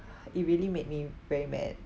it really made me very mad